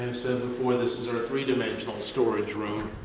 said before, this is our three-dimensional storage room,